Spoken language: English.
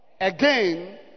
Again